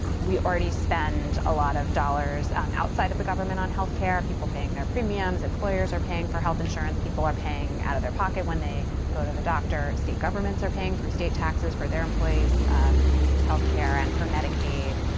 we already spent a lot of dollars outside of the government on health care. people paying their premiums, employers are paying for health insurance, people are paying out of their pocket when they go to the doctor. state governments are paying through state taxes for their employees' health care and for medicaid.